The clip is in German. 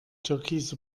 türkise